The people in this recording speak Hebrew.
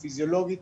הפיזיולוגית,